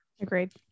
Agreed